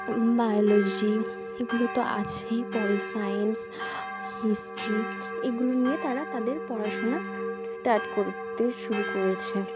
biology এগুলো তো আছেই পল সাইন্স হিস্ট্রি এগুলো নিয়ে তারা তাদের পড়াশোনা স্টার্ট করতে শুরু করেছে